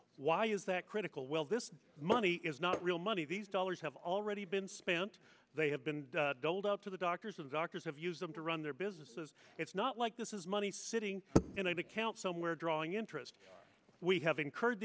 why is that critical well this money is not real money these dollars have already been spent they have been doled out to the doctors and doctors have used them to run their businesses it's not like this is money sitting in an account somewhere drawing interest we have incur